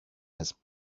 his